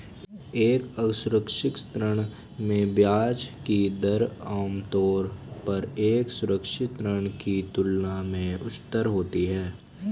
एक असुरक्षित ऋण में ब्याज की दर आमतौर पर एक सुरक्षित ऋण की तुलना में उच्चतर होती है?